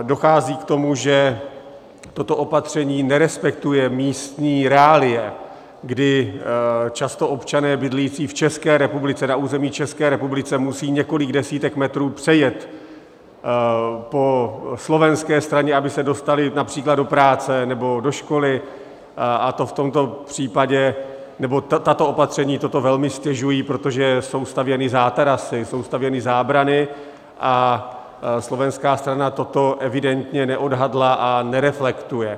Dochází k tomu, že toto opatření nerespektuje místní reálie, kdy často občané bydlící v České republice na území České republiky musí několik desítek metrů přejet po slovenské straně, aby se dostali například do práce nebo do školy, a tato opatření toto velmi ztěžují, protože jsou stavěny zátarasy, jsou stavěny zábrany, a slovenská strana toto evidentně neodhadla a nereflektuje.